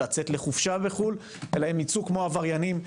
לצאת לחופשה בחו"ל אלא הם ייצאו כמו עבריינים.